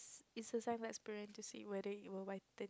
it's a science experiment to see whether you will whiten